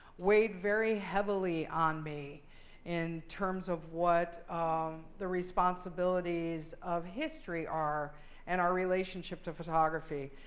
weighed very heavily on me in terms of what the responsibilities of history are and our relationship to photography.